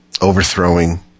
overthrowing